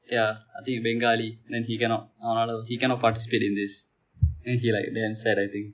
ya I think he bengali then he cannot அவனால்:avanaal he cannot participate in this and he like damn sad I think